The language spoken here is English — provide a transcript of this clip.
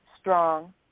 strong